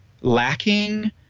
lacking